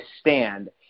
stand